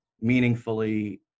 meaningfully